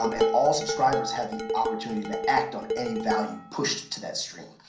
um and all subscribers have the opportunity to act on any value pushed to that stream.